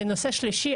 ונושא שלישי,